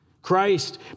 Christ